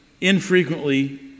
infrequently